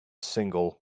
single